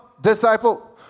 disciple